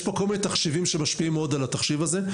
יש פה כל מיני תחשיבים שמשפיעים מאוד על התחשיב הזה.